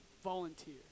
volunteer